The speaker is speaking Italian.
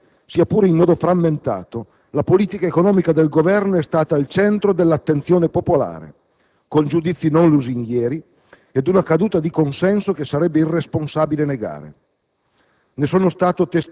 Nei mesi scorsi, sia pure in modo frammentato, la politica economica del Governo è stata al centro dell'attenzione popolare, con giudizi non lusinghieri ed una caduta di consenso che sarebbe irresponsabile negare;